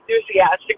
enthusiastic